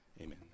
Amen